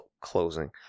closing